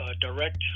direct